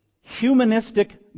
humanistic